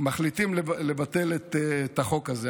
מחליטים לבטל את החוק הזה.